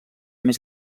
més